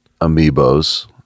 Amiibos